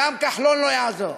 גם כחלון לא יעזור.